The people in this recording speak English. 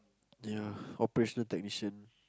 ya operational technician